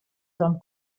from